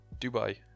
Dubai